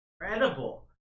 incredible